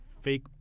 fake